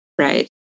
right